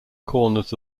corners